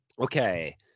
Okay